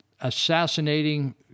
assassinating